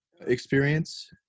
experience